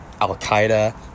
Al-Qaeda